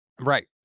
Right